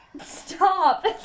Stop